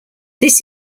this